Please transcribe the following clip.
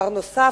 שר נוסף,